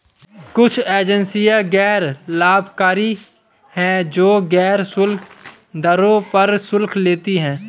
कुछ एजेंसियां गैर लाभकारी हैं, जो गैर शुल्क दरों पर शुल्क लेती हैं